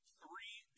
three